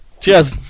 Cheers